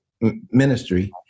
ministry